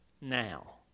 Now